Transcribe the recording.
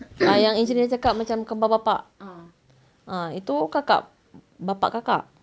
ah yang izurin cakap yang macam kembar bapa ah itu kakak bapa kakak